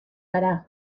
gara